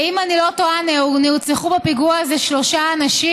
אם אני לא טועה, נרצחו בפיגוע הזה שלושה אנשים.